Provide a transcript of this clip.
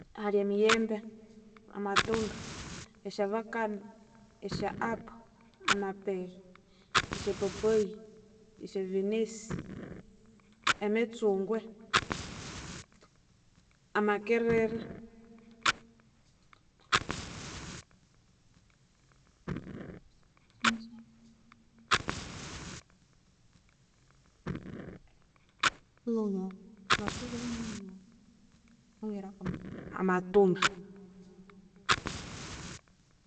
Hali emiyembe, amatunda, esyavakado, esya apple, amapere, esyapapaya, esya venesi, emitsungwe, amakerere, amatunda